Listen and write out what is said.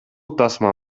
тасма